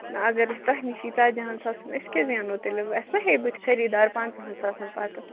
نہَ اَگر أسۍ تۄہہِ نِشٕے ژَتجہَن ساسَن أسۍ کیٛاہ زینو تیٚلہِ اَسہِ ما ہیٚیہِ بُتھِ خٔریٖدار پنٛژَاہن ساسن پَتہٕ